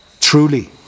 Truly